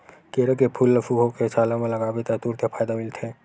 केरा के फूल ल सुखोके छाला म लगाबे त तुरते फायदा मिलथे